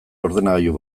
ordenagailu